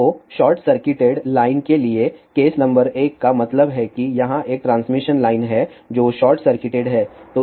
तो short circuited line के लिए केस नंबर एक का मतलब है कि यहाँ एक ट्रांसमिशन लाइन है जो शॉर्ट सर्किटेड है